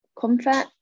comfort